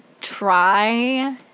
try